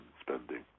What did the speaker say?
spending